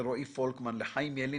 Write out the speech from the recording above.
לרועי פולקמן, לחיים ילין,